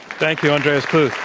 thank you, andreas kluth.